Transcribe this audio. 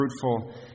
fruitful